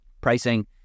pricing